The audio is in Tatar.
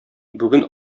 бүген